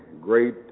great